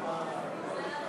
נתקבלו.